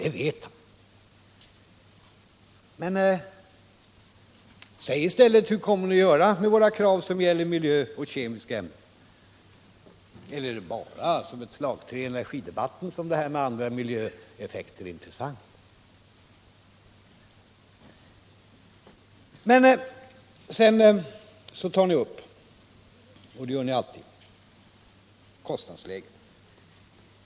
Och det vet herr Fälldin. Säg hur ni kommer att göra med våra krav som gäller miljön och de kemiska ämnena! Eller är det bara som ett slagträ i energidebatten som detta med andra miljöeffekter är intressant? Ni tog också upp — det gör ni alltid — kostnadsläget.